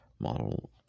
Model